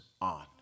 on